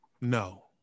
No